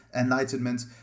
Enlightenment